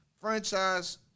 franchise